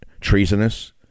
treasonous